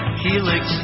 helix